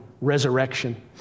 resurrection